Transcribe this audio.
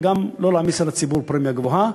גם לא להעמיס על הציבור פרמיה גבוהה.